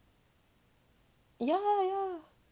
yeah yeah